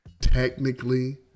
technically